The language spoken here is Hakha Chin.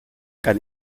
kan